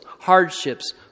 hardships